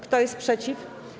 Kto jest przeciw?